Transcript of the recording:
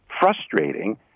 frustrating